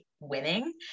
winning